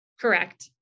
Correct